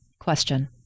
question